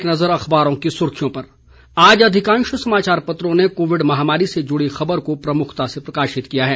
एक नज़र अखबारों की सुर्खियों पर आज अधिकांश समाचार पत्रों ने कोविड महामारी से जुड़ी खबर को प्रमुखता से प्रकाशित किया है